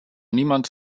niemand